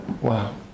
wow